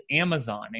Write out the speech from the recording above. Amazon